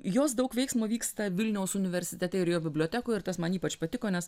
jos daug veiksmo vyksta vilniaus universitete ir jo bibliotekoj ir tas man ypač patiko nes